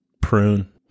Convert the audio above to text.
prune